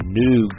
new